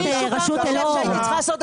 זה מה שאתה עושה?